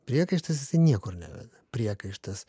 priekaištas jisai niekur neveda priekaištas